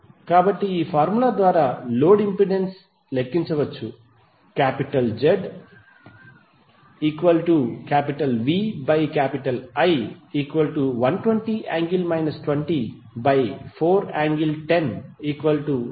కాబట్టి ఈ ఫార్ములా ద్వారా లోడ్ ఇంపెడెన్స్ లెక్కించవచ్చు ZVI120∠ 204∠1030∠ 3025